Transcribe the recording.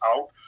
out